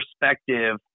perspective